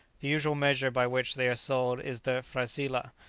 the usual measure by which they are sold is the frasilah,